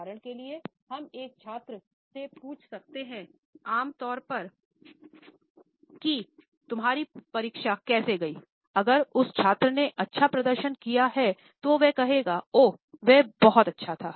उदाहरण के लिए हम एक छात्र से पूछ सकते हैं ओह तुम्हारी परीक्षा कैसी है अगर उस छात्र ने अच्छा प्रदर्शन किया है तो वो कहेंगे ओह यह अच्छा था